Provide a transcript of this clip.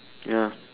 what